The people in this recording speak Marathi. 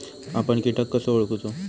आपन कीटक कसो ओळखूचो?